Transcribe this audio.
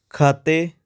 ਖਾਤੇ